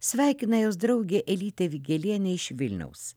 sveikina jos draugė elytė vigelienė iš vilniaus